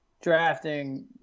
drafting